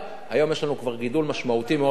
היום יש לנו כבר גידול משמעותי בהיצע,